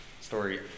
story